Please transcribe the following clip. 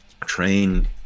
train